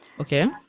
Okay